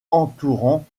entourant